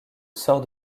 sort